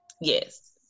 Yes